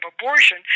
abortion